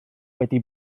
wedi